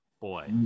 Boy